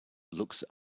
looks